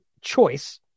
choice